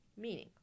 Meaning